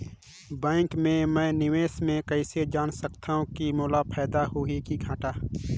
Bank मे मैं निवेश मे कइसे जान सकथव कि मोला फायदा होही कि घाटा?